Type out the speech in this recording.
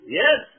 yes